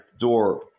door